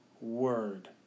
word